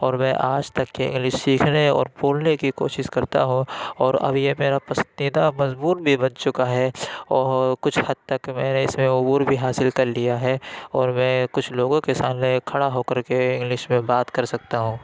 اور میں آج تک کہ انگلس سیکھنے اور بولنے کی کوشش کرتا ہوں اور اب یہ میرا پسندیدہ مضمون بھی بن چُکا ہے اور کچھ حد تک میں نے اِس میں عبور بھی حاصل کر لیا ہے اور میں کچھ لوگوں کے سامنے کھڑا ہو کر کے انگلش میں بات کر سکتا ہوں